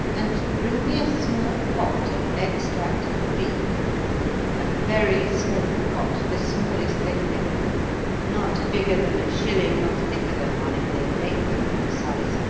and bring me a small pot of extract of beef a very small pot, the smallest they make not bigger than a shilling nor thicker than one if they make them that size.